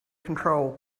control